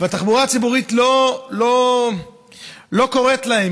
והתחבורה הציבורית לא קוראת להם.